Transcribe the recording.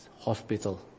hospital